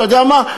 אתה יודע מה,